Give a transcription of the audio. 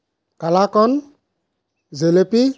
কালাকন jalebi